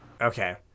Okay